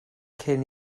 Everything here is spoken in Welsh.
cyn